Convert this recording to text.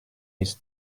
his